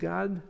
God